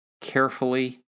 carefully